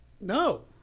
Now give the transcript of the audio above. No